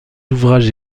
ouvrages